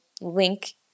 link